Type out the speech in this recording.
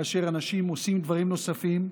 כאשר אנשים עושים דברים נוספים,